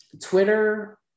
Twitter